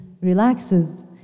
relaxes